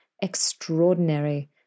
extraordinary